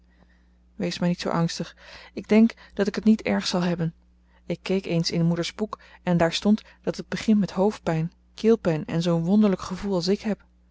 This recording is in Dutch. wees maar niet zoo angstig ik denk dat ik het niet erg zal hebben ik keek eens in moeders boek en daar stond dat het begint met hoofdpijn keelpijn en zoo'n wonderlijk gevoel als ik heb